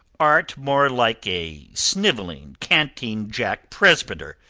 art more like a snivelling, canting jack presbyter.